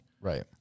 Right